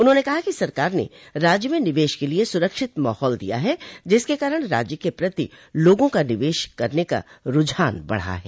उन्होंने कहा कि सरकार ने राज्य में निवेश के लिये सुरक्षित माहौल दिया है जिसके कारण राज्य के प्रति लोगों का निवेश करने का रूझान बढ़ा है